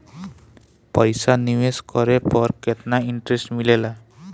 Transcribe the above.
पईसा निवेश करे पर केतना इंटरेस्ट मिलेला?